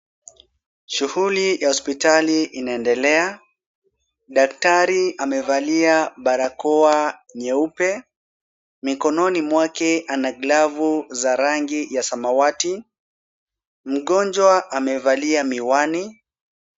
Shughuli ya hospitali inaendelea. Daktari amevalia barakoa nyeupe. Mikononi mwake ana glovu za rangi ya samawati. Mgonjwa amevalia miwani.